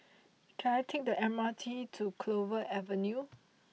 can I take the M R T to Clover Avenue